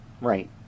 right